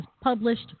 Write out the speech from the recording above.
published